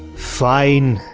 fine,